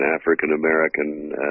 African-American